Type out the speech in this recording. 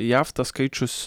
jav tas skaičius